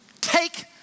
Take